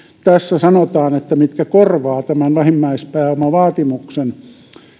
tässä sanotaan siitä mitkä korvaavat tämän vähimmäispääomavaatimuksen